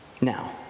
Now